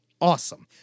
awesome